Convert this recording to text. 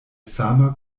sama